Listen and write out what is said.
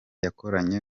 yakoranye